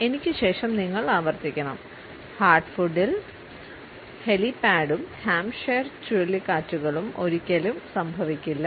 എനിക്ക് ശേഷം നിങ്ങൾ ആവർത്തിക്കണം ഹാർട്ട് ഫുഡിൽ ഹെലിപാഡും ഹാംപ്ഷയർ ചുഴലിക്കാറ്റുകളും ഒരിക്കലും സംഭവിക്കില്ല